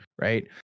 right